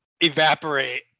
evaporate